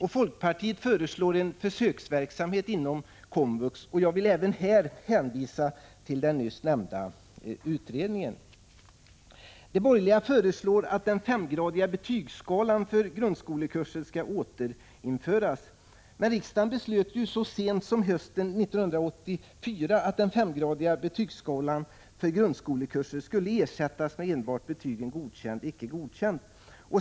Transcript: Folkpartiet föreslår en försöksverksamhet inom komvux, och jag vill även här hänvisa till den nyss nämnda utredningen. De borgerliga föreslår att den femgradiga betygsskalan för grundskolekurser skall återinföras. Riksdagen beslöt dock så sent som hösten 1984 att denna betygsskala skulle ersättas med enbart betygen godkänd och icke godkänd.